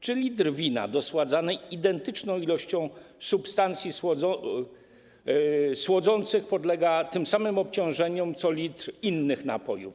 Czy litr wina dosładzanego identyczną ilością substancji słodzących podlega tym samym obciążeniom co litr innych napojów?